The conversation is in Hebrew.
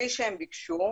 בלי שהם ביקשו,